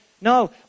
No